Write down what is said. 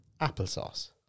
Applesauce